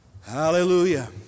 hallelujah